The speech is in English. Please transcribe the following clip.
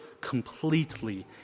completely